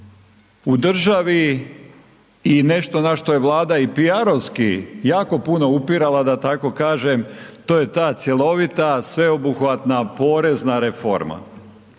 u državi i nešto na što je Vlada i PR-ovski jako puno upirala, da tako kažem, to je ta cjelovita, sveobuhvatna, porezna reforma.